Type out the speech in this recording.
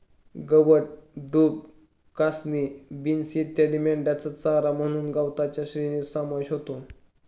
गवत, डूब, कासनी, बीन्स इत्यादी मेंढ्यांचा चारा म्हणून गवताच्या श्रेणीत समावेश होतो